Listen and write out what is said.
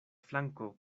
flanko